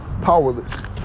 powerless